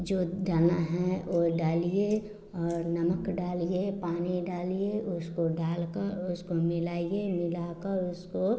जो डला है वह डालिए और नमक डालिए पानी डालिए उसको डालकर उसको मिलाइए मिलाकर उसको